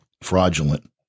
fraudulent